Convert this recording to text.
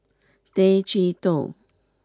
Tay Chee Toh